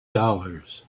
dollars